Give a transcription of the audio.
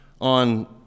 on